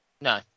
no